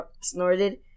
snorted